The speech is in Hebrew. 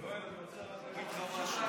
יואל, אני רוצה להגיד לך משהו.